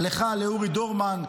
לך ולאורי דורמן,